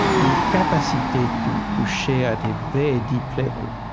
the capacity to to share at a very deep level.